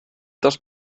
dos